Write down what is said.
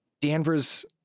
Danvers